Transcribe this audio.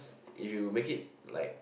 if you make it like